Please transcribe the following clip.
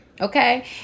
okay